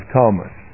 Thomas